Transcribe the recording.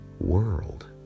world